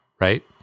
right